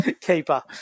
keeper